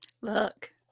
Look